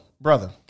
brother